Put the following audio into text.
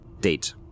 date